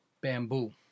bamboo